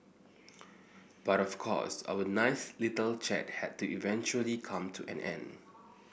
but of course our nice little chat had to eventually come to an end